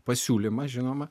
pasiūlymas žinoma